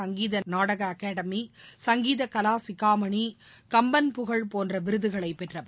சங்கீத நாடக அகாடமி சங்கீத கலாசிகாமணி கம்பன் புகழ் போன்ற விருதுகளை பெற்றவர்